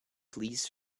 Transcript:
please